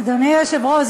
אדוני היושב-ראש,